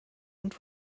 und